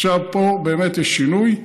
עכשיו פה באמת יש שינוי,